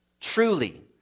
Truly